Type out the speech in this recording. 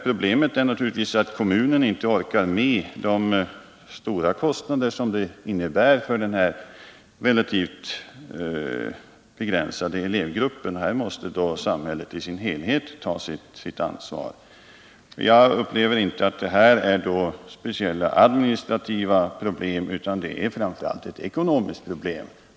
Problemet är att kommunen inte orkar med de stora kostnader det gäller för den här relativt begränsade elevgruppen, och där måste samhället i sin helhet ta sitt ansvar. Jag upplever inte att detta är ett speciellt administrativt problem, utan menar att det framför allt är ett ekonomiskt problem.